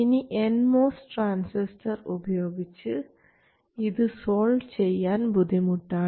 ഇനി nMOS transistor ഉപയോഗിച്ച് ഇത് സോൾവ് ചെയ്യാൻ ബുദ്ധിമുട്ടാണ്